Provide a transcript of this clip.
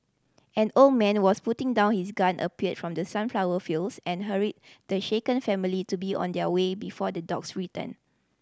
an old man was putting down his gun appeared from the sunflower fields and hurried the shaken family to be on their way before the dogs return